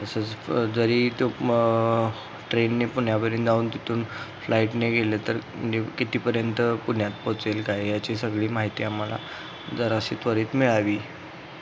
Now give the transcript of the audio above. तसंच जरी तर मग ट्रेनने पुण्यापर्यंत जाऊन तिथून फ्लाईटने गेले तर आणि कितीपर्यंत पुण्यात पोचेल काय याची सगळी माहिती आम्हाला जराशी त्वरित मिळावी